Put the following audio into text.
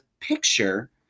picture